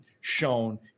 shown